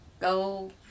Go